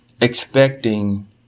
expecting